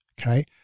okay